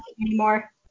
anymore